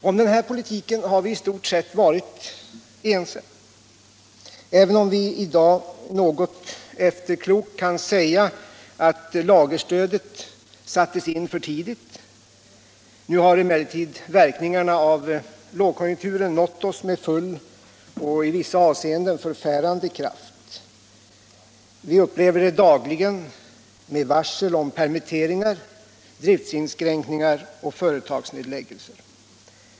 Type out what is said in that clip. Om den här politiken har vi i stort varit eniga, även om vi i dag Allmänpolitisk debatt Allmänpolitisk debatt något efterklokt kan säga att lagerstödet sattes in för tidigt. Nu har emellertid verkningarna av lågkonjunkturen nått oss med full och i vissa avseenden förfärande kraft. Vi upplever det dagligen med varsel om permitteringar, driftsinskränkningar och företagsnedläggelser.